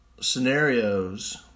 scenarios